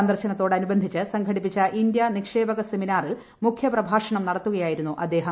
സന്ദർശനത്തോടനുബന്ധിച്ച് സംഘടിപ്പിച്ച ഇന്ത്യ നിക്ഷേപക സെമിനാറിൽ മുഖ്യ പ്രഭാഷണം നടത്തുകയായിരുന്നു അദ്ദേഹം